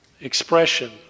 expression